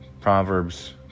Proverbs